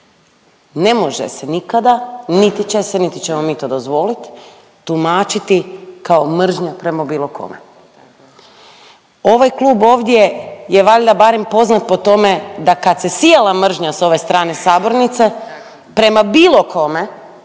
ne može se nikada niti će se, niti ćemo mi to dozvoliti tumačiti kao mržnja prema bilo kome. Ovaj klub ovdje je valjda barem poznat po tome da kad se sijala mržnja sa ove strane sabornice prema bilo kome,